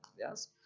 Yes